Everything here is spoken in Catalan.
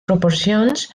proporcions